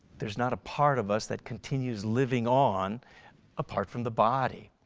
there's not a part of us that continues living on apart from the body.